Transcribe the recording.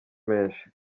menshi